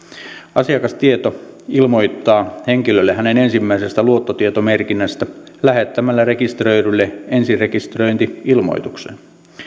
asiakastieto ilmoittaa henkilölle hänen ensimmäisestä luottotietomerkinnästään lähettämällä rekisteröidylle ensirekisteröinti ilmoituksen